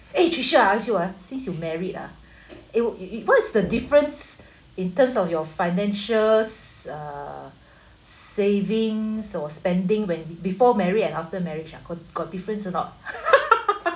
eh trisha I ask you ah since you married ah it'll it it what's the difference in terms of your financials uh savings or spending when before married and after marriage ah got got difference or not